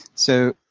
so,